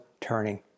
turning